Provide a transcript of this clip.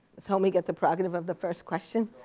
does homi get the prerogative of the first question?